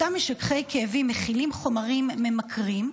אותם משככי כאבים מכילים חומרים ממכרים,